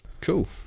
Cool